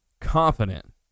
confident